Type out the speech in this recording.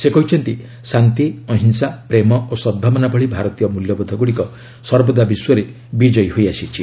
ସେ କହିଛନ୍ତି ଶାନ୍ତି ଅହିଂସା ପ୍ରେମ ଓ ସଦ୍ଭାବନା ଭଳି ଭାରତୀୟ ମୂଲ୍ୟବୋଧଗୁଡ଼ିକ ସର୍ବଦା ବିଶ୍ୱରେ ବିଜୟୀ ହୋଇ ଆସିଛି